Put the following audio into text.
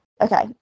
Okay